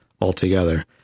altogether